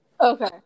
okay